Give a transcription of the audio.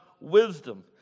wisdom